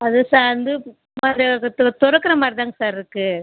அது சார் வந்து தொ தொ திறக்குற மாதிரி தான்ங்க சார் இருக்குது